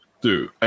Dude